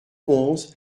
onze